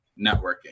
networking